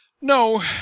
No